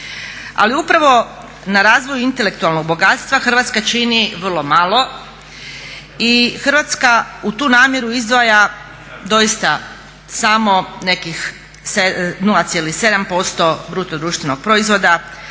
Ali upravo na razvoju intelektualnog bogatstva Hrvatska čini vrlo malo i Hrvatska u tu namjeru izdvaja doista samo nekih 0,7% BDP-a a cilj